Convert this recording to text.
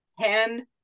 ten